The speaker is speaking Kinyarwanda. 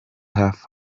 hafi